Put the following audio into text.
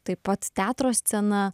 taip pat teatro scena